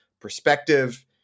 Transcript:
perspective